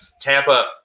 Tampa